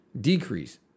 decrease